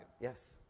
Yes